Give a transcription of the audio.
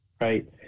right